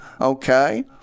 okay